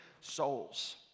souls